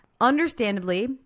Understandably